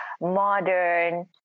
modern